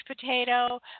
potato